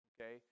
okay